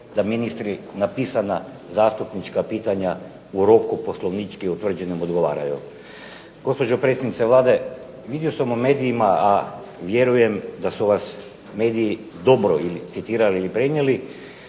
da ministri na pisana zastupnička pitanja u roku poslovnički utvrđenom odgovaraju. Gospođo predsjednice Vlade, vidio sam u medijima, a vjerujem da su vas mediji dobro citirali ili prenijeli